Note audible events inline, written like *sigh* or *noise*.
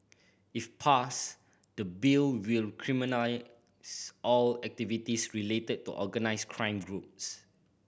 if passed the Bill will *unintelligible* all activities related to organised crime groups